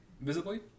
visibly